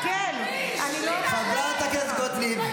על הדברים המזעזעים --- חברת הכנסת גוטליב.